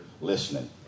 listening